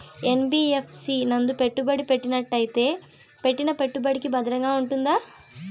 NBFC నందు పెట్టుబడి పెట్టినట్టయితే పెట్టిన పెట్టుబడికి భద్రంగా ఉంటుందా?